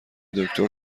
دکتر